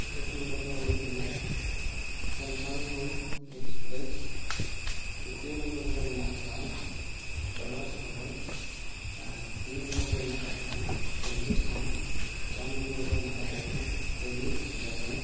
ᱮᱹᱠ ᱱᱚᱢᱵᱚᱨ ᱫᱚ ᱦᱩᱭᱩᱜ ᱠᱟᱱᱟ ᱥᱟᱱᱛᱷᱟᱞ ᱦᱩᱞ ᱮᱠᱥᱯᱨᱮᱥ ᱫᱤᱛᱤᱭᱚ ᱱᱚᱢᱵᱚᱨ ᱫᱚ ᱢᱮᱱᱟᱜ ᱠᱟᱫᱟ ᱴᱟᱨᱣᱟᱥ ᱠᱷᱚᱵᱚᱨ ᱟᱨ ᱛᱤᱱ ᱱᱚᱢᱵᱚᱨ ᱨᱮ ᱢᱮᱱᱟᱜ ᱠᱟᱜ ᱛᱟᱵᱳᱱᱟ ᱦᱤᱱᱫᱩᱥᱛᱷᱟᱱ ᱪᱟᱨ ᱱᱚᱢᱵᱚᱨ ᱫᱚ ᱢᱮᱱᱟᱜ ᱠᱟᱜ ᱛᱟᱵᱚᱱᱟ ᱫᱳᱭᱱᱤᱠ ᱡᱟᱜᱽᱨᱚᱱ